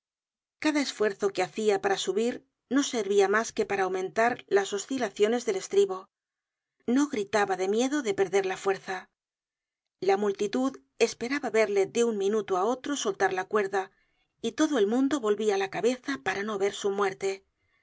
cada esfuerzo que hacia para subir no servia mas content from google book search generated at que para aumentar las oscilaciones del estribo no gritaba de miedo de perder la fuerza la multitud esperaba verle de un minuto á otro soltar la cuerda y todo el mundo volvia la cabeza para no ver su muerte